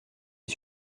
les